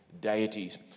deities